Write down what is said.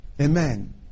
Amen